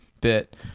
bit